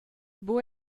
buc